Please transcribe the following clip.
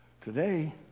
Today